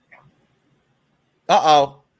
Uh-oh